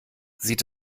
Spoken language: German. sieht